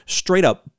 straight-up